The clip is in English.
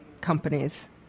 companies